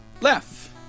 Left